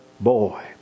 boy